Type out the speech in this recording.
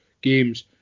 games